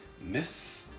myths